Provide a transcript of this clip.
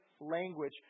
language